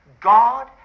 God